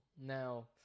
Now